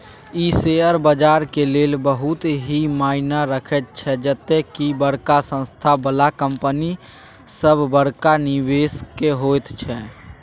ई share बजारक लेल बहुत ही मायना रखैत छै जते की बड़का संस्था बला कंपनी सब बड़का निवेशक होइत छै